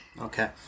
Okay